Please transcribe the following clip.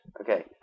Okay